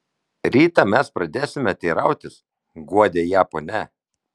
rytą mes pradėsime teirautis guodė ją ponia